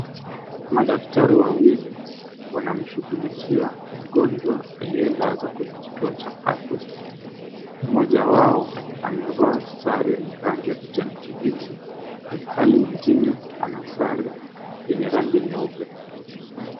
Madaktari wawili wanamshughulikia mgonjwa aliyelazwa kwenye kituo cha afya. Mmoja wao amevaa sare yenye rangi ya kijani kibichi ilhali mwingine ana sare yenye rangi nyeupe.